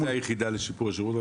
מי זאת היחידה לשיפור השירות?